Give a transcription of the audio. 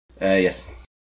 yes